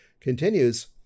continues